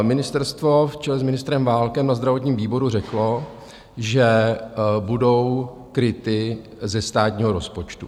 Ministerstvo v čele s ministrem Válkem na zdravotním výboru řeklo, že budou kryty ze státního rozpočtu.